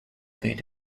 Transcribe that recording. bid